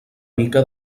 mica